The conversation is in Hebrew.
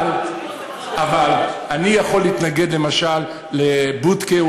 אבל אני יכול להתנגד למשל לבודקה,